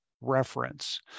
reference